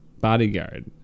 bodyguard